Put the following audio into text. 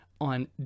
on